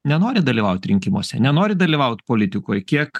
nenori dalyvaut rinkimuose nenori dalyvaut politikoj kiek